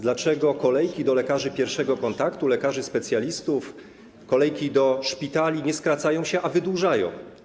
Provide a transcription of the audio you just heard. Dlaczego kolejki do lekarzy pierwszego kontaktu, do lekarzy specjalistów, do szpitali nie skracają się, a wydłużają?